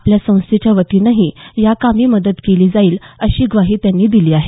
आपल्या संस्थेच्या वतीनंही या कामी मदत केली जाईल अशी ग्वाही त्यांनी दिली आहे